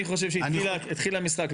אני חושב שהתחיל המשחק,